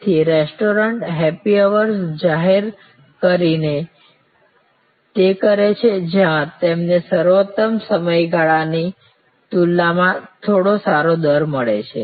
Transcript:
તેથી restaurants happy hours જાહેર કરીને તે કરે છે જ્યાં તમને સર્વોતમ સમયગાળા ની તુલનામાં થોડો સારો દર મળે છે